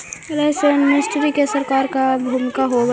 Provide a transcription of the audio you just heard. tax amnesty में सरकार के का भूमिका होव हई